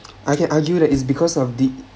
I can argue that is because of the